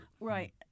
Right